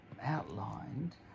outlined